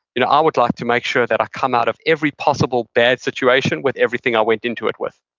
you know i would like to make sure that i come out of every possible bad situation with everything i went into it with.